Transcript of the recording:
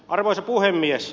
arvoisa puhemies